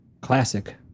classic